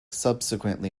subsequently